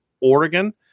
Oregon